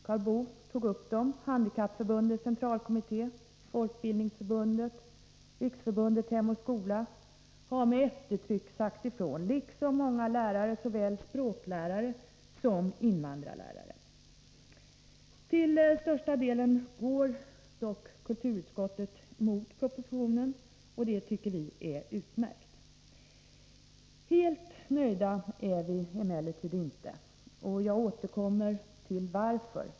Karl Boo tog upp dem: Handikappförbundets centralkommitté, Folkbildningsförbundet, Riksförbundet hem och skola har med eftertryck sagt ifrån liksom många lärare, såväl språklärare som invandrarlärare. Till största delen går kulturutskottet mot propositionen, och det tycker vi är utmärkt. Helt nöjda är vi emellertid inte, och jag återkommer till anledningen till det.